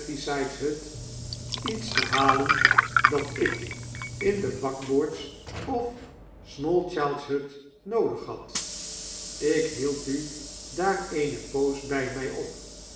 iets te halen dat ik in de bakboords of smallchildshut noodig had ik hield u daar eene poos by my op